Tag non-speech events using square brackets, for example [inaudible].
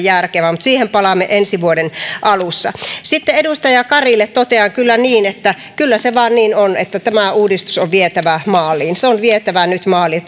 järkevää mutta siihen palaamme ensi vuoden alussa sitten edustaja karille totean kyllä että kyllä se vain niin on että tämä uudistus on vietävä maaliin se on vietävä nyt maaliin [unintelligible]